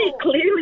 clearly